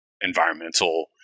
environmental